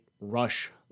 rush